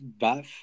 BAF